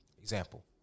Example